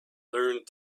learned